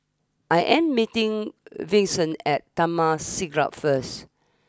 I am meeting Vicente at Taman Siglap first